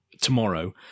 tomorrow